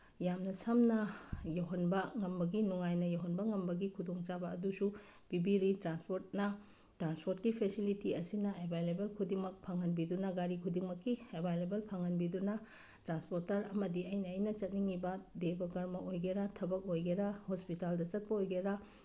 ꯌꯥꯝꯅ ꯁꯝꯅ ꯌꯧꯍꯟꯕ ꯉꯝꯕꯒꯤ ꯅꯨꯡꯉꯥꯏꯅ ꯌꯧꯍꯟꯕ ꯉꯝꯕꯒꯤ ꯈꯨꯗꯣꯡꯆꯥꯕ ꯑꯗꯨꯁꯨ ꯄꯤꯕꯤꯔꯤ ꯇ꯭ꯔꯥꯟꯁꯄꯣꯔꯠꯅ ꯇ꯭ꯔꯥꯟꯁꯄꯣꯔꯠꯀꯤ ꯐꯦꯁꯤꯂꯤꯇꯤ ꯑꯁꯤꯅ ꯑꯦꯕꯥꯏꯂꯦꯕꯜ ꯈꯨꯗꯤꯡꯃꯛ ꯐꯪꯍꯟꯕꯤꯗꯨꯅ ꯒꯥꯔꯤ ꯈꯨꯗꯤꯡꯃꯛꯀꯤ ꯑꯦꯕꯥꯏꯂꯦꯕꯜ ꯐꯪꯍꯟꯕꯤꯗꯨꯅ ꯇ꯭ꯔꯥꯟꯁꯄꯣꯔꯇꯔ ꯑꯃꯗꯤ ꯑꯩꯅ ꯑꯩꯅ ꯆꯠꯅꯤꯡꯉꯤꯕ ꯗꯦꯕ ꯀꯔꯃ ꯑꯣꯏꯒꯦꯔꯥ ꯊꯕꯛ ꯑꯣꯏꯒꯦꯔꯥ ꯍꯣꯁꯄꯤꯇꯥꯜꯗ ꯆꯠꯄ ꯑꯣꯏꯒꯦꯔꯥ